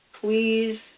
please